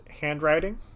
handwriting